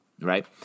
Right